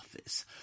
office